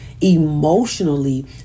emotionally